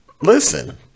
listen